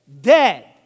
Dead